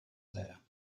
there